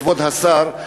כבוד השר,